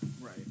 Right